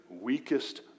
weakest